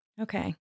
Okay